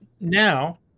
Now